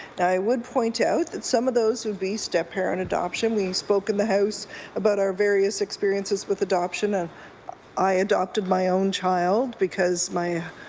i would point out that some of those would be step parent adoption. we spoke in the house about our various experiences with adoption. and i adopted my own child because my